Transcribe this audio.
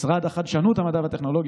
משרד החדשנות, המדע והטכנולוגיה.